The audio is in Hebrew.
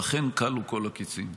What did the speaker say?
ואכן כלו כל הקצין.